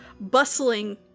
bustling